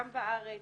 גם בארץ: